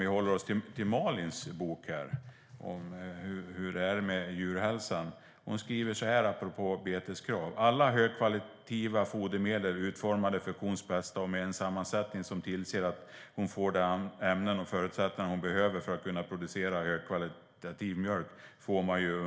I sin bok tar Malin upp hur det är med djurhälsan. Apropå beteskrav skriver hon: Alla högkvalitativa fodermedel är utformade för kons bästa och med en sammansättning som tillser att kon får de ämnen och förutsättningar som hon behöver för att kunna producera högkvalitativ mjölk.